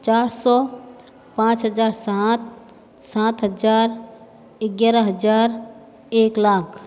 चार सौ पाँच हजार सात सात हजार ग्यारह हजार एक लाख